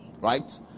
right